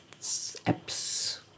apps